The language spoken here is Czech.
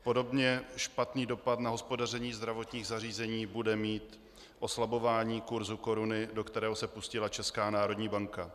Podobně špatný dopad na hospodaření zdravotních zařízení bude mít oslabování kurzu koruny, do kterého se pustila Česká národní banka.